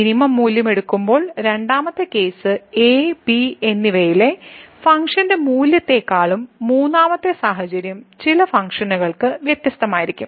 minimum മൂല്യം എടുക്കുമ്പോൾ രണ്ടാമത്തെ കേസ് a b എന്നിവയിലെ ഫംഗ്ഷൻ മൂല്യത്തേക്കാളും മൂന്നാമത്തെ സാഹചര്യം ചില ഫംഗ്ഷനുകൾക്ക് വ്യത്യസ്തമായിരിക്കും